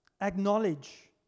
Acknowledge